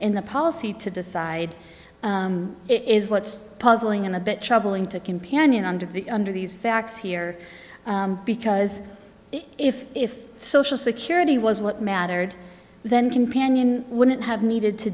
in the policy to decide it is what's puzzling and a bit troubling to companion under the under these facts here because if if social security was what mattered then companion wouldn't have needed to